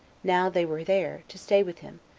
now they were there, to stay with him,